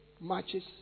matches